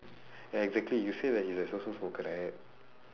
ya exactly you say that he's a social smoker right